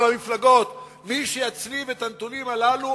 על המפלגות: מי שיצליב את הנתונים הללו,